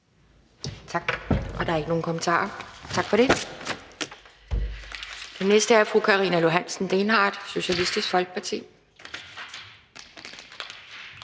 Tak. Der er ikke nogen kommentarer. Tak for det. Den næste er fru Karina Lorentzen Dehnhardt, Socialistisk Folkeparti.